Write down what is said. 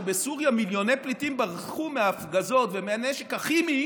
למה כשבסוריה מיליוני פליטים ברחו מההפגזות ומהנשק הכימי,